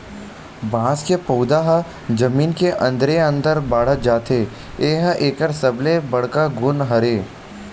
बांस के पउधा ह जमीन के अंदरे अंदर बाड़हत जाथे ए ह एकर सबले बड़का गुन हरय